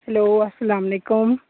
hello السلامُ علیکُم